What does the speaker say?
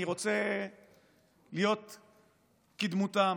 אני רוצה להיות כדמותם.